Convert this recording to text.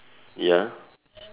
ya